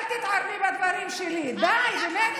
באתי להזכיר לכם שזו מדינה יהודית ודמוקרטית.